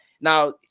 Now